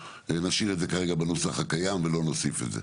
נשאיר את זה כרגע בנוסח הקיים ולא נוסיף את זה.